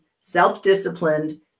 self-disciplined